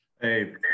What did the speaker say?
Hey